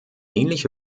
ähnliche